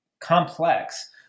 complex